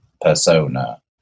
persona